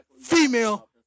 Female